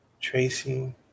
Tracy